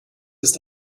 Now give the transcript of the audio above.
ist